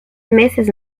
meses